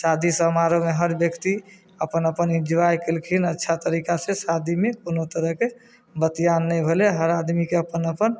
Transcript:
शादी समारोहमे हर व्यक्ति अपन अपन ईन्जॉय केलखिन अच्छा तरीका से शादीमे कोनो तरहके बतियान नहि भेलै हर आदमीके अपन अपन